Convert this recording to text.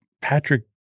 Patrick